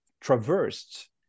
traversed